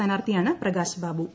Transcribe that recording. സ്ഥാനാർത്ഥീയാണ് Prakash Babu C